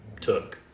took